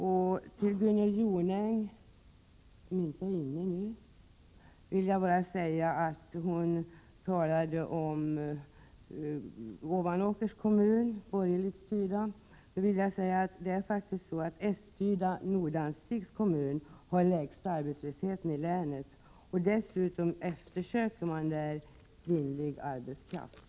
Gunnel Jonäng, som nu inte längre är i kammaren, talade om Ovanåkers kommun, som är borgerligt styrd. Jag vill då säga att socialdemokratiskt styrda Nordanstigs kommun har den lägsta arbetslösheten i länet, och dessutom efterfrågas där kvinnlig arbetskraft.